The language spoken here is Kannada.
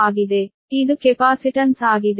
ಆದ್ದರಿಂದ ಇದು ಕೆಪಾಸಿಟನ್ಸ್ ಆಗಿದೆ